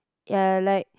ya like